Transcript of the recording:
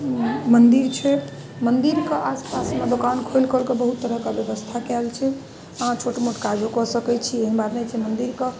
मन्दिर छै मन्दिरके आसपासमे दोकान खोलि खोलिके बहुत तरहके बेबस्था कएल छै अहाँ छोट मोट काजो कऽ सकै छी एहन बात नहि छै मन्दिरके